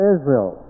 Israel